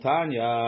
Tanya